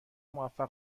موفق